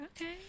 Okay